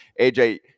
aj